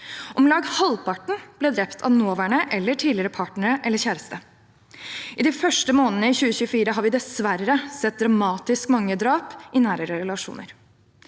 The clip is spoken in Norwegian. Om lag halvparten ble drept av nåværende eller tidligere partner eller kjæreste. I de første månedene i 2024 har vi dessverre sett dramatisk mange drap i nære relasjoner.